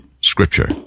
Scripture